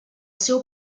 seu